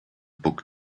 book